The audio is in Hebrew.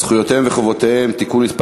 זכויותיהם וחובותיהם (תיקון מס'